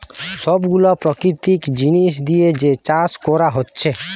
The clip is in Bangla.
সব গুলা প্রাকৃতিক জিনিস দিয়ে যে চাষ কোরা হচ্ছে